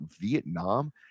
Vietnam –